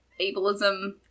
ableism